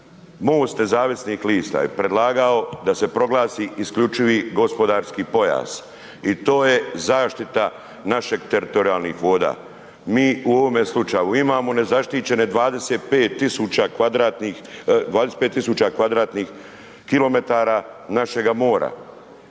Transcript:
nezavisnih lista je predlagao da se proglasi isključivi gospodarski pojas i to je zaštita naših teritorijalnih voda. Mi u ovome slučaju imamo nezaštićene 25 tisuća kvadratnih kilometara našega mora.